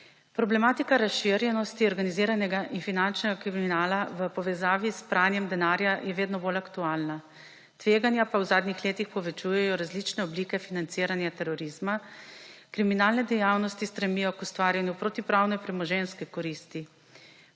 Problematika razširjenosti organiziranega in finančnega kriminala v povezavi s pranjem denarja je vedno bolj aktualna, tveganja pa v zadnjih letih povečujejo različne oblike financiranja terorizma, kriminalne dejavnosti stremijo k ustvarjanju protipravne premoženjske koristi.